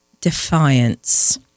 defiance